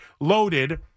loaded